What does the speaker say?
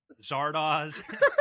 Zardoz